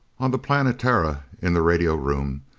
on the planetara, in the radio room,